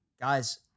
guys